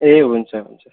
ए हुन्छ हुन्छ